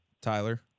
Tyler